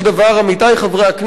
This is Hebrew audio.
עמיתי חברי הכנסת,